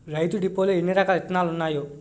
రైతు డిపోలో ఎన్నిరకాల ఇత్తనాలున్నాయో